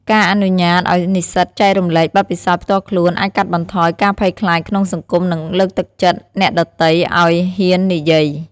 ការអនុញ្ញាតឱ្យនិស្សិតចែករំលែកបទពិសោធន៍ផ្ទាល់ខ្លួនអាចកាត់បន្ថយការភ័យខ្លាចក្នុងសង្គមនិងលើកទឹកចិត្តអ្នកដទៃឱ្យហ៊ាននិយាយ។